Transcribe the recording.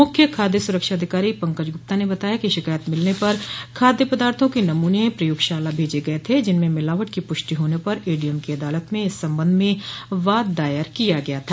मुख्य खाद्य सुरक्षा अधिकारी पंकज गुप्ता ने बताया कि शिकायत मिलने पर खाद्य पदार्थो के नमूने प्रयोगशाला भेजे गये थे जिनमें मिलावट की पुष्टि होने पर एडीएम की अदालत में इस संबंध में वाद दायर किया गया था